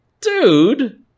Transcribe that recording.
dude